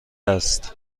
است